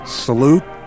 salute